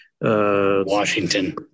Washington